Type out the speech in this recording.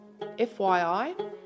FYI